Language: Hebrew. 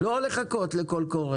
לא צריך לחכות לקול קורא,